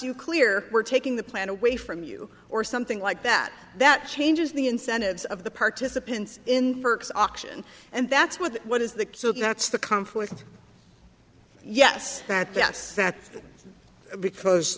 you clear we're taking the plan away from you or something like that that changes the incentives of the participants in the works auction and that's what the what is the that's the conflict yes that yes that's because